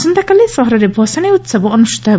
ଆସନ୍ତାକାଲି ସହରରେ ଭସାଶୀ ଉହବ ଅନୁଷ୍ଠିତ ହେବ